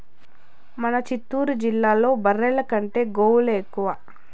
మన చిత్తూరు జిల్లాలో బర్రెల కంటే గోవులే ఎక్కువ